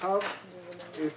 חב את